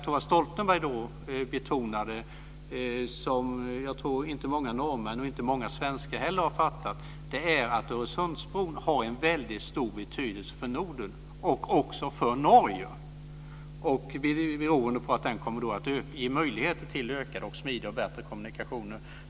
Torvald Stoltenberg betonade - vilket inte många norrmän och svenskar har förstått - att Öresundsbron har en stor betydelse för Norden och därmed också för Norge. Det beror på att bron kommer att innebära bättre och smidigare kommunikationer.